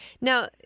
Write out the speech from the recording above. Now